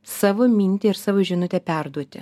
savo mintį ir savo žinutę perduoti